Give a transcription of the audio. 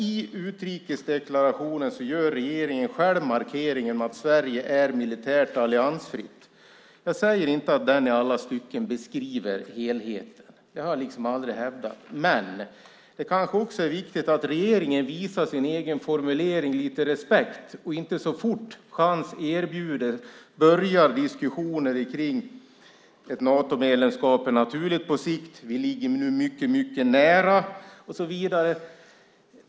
I utrikesdeklarationen gör regeringen själv markeringen att Sverige är militärt alliansfritt. Jag säger inte att den i alla stycken beskriver helheten; det har jag aldrig hävdat. Men det kanske är viktigt att regeringen visar sin egen formulering lite respekt och inte så fort chans erbjudes börjar diskussioner om att ett Natomedlemskap är naturligt på sikt och att vi ligger mycket nära och så vidare.